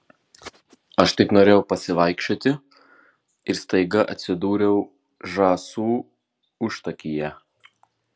aš tik norėjau pasivaikščioti ir staiga atsidūriau žąsų užtakyje